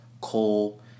coal